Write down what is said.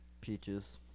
peaches